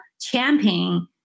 champion